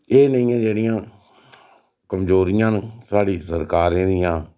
एह् नेहियां जेह्ड़ियां कमजोरियां न साढ़ी सरकारें दियां